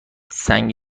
سنگ